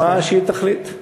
מה שהיא תחליט.